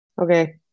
Okay